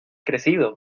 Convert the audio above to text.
crecido